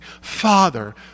Father